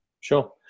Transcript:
Sure